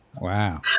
Wow